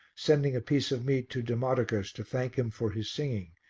sending a piece of meat to demodocus to thank him for his singing,